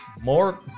more